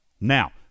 Now